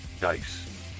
dice